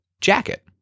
jacket